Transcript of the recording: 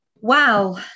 Wow